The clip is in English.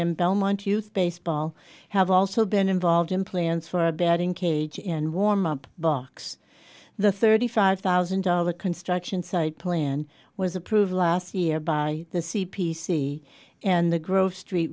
in belmont youth baseball have also been involved in plans for a batting cage and warm up box the thirty five thousand dollar construction site plan was approved last year by the c p c and the grove street